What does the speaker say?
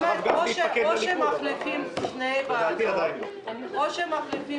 או שמחליפים שתי ועדות או שמשאירים